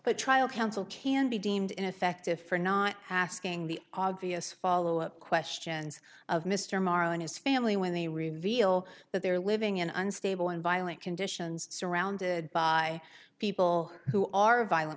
but trial counsel can be deemed ineffective for not asking the obvious follow up questions of mr maher and his family when they reveal that they're living in an unstable and violent conditions surrounded by people who are violent